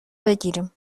بگیریم